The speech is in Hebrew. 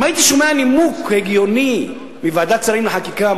אם הייתי שומע נימוק הגיוני מוועדת השרים לחקיקה,